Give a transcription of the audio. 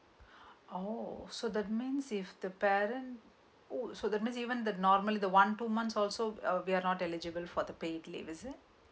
oh so that means if the parent oh so that means even the normal the one two months also we're not eligible for the paid leave is it